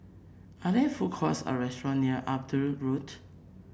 are there food courts or restaurant near Edinburgh Road